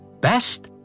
Best